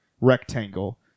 rectangle